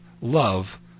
love